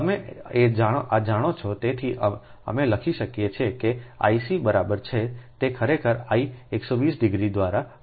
તમે આ જાણો છો તેથી અમે લખી શકીએ છીએ કે I c બરાબર છે તે ખરેખર I 120 ડિગ્રી દ્વારા આગળ છે